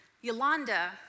Yolanda